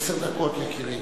עשר דקות, יקירי.